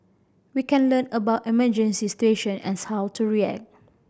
we can learn about emergency situation and how to react